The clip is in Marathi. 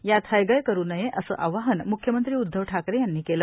यात हयगय करू नये असं आवाहन म्ख्यमंत्री उद्वव ठाकरे यांनी केलं